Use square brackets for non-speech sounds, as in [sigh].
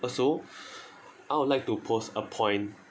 also [breath] I would like to post a point